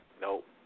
Nope